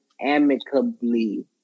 amicably